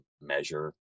measure